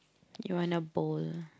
you wanna bowl